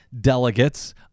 delegates